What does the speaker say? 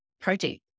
project